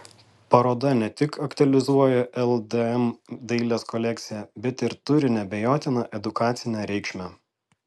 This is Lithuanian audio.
paroda ne tik aktualizuoja ldm dailės kolekciją bet ir turi neabejotiną edukacinę reikšmę